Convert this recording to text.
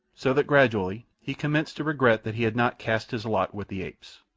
so that gradually he commenced to regret that he had not cast his lot with the apes.